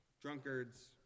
drunkards